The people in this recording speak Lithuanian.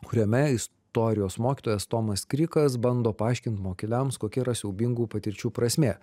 kuriame istorijos mokytojas tomas krikas bando paaiškint mokiniams kokia yra siaubingų patirčių prasmė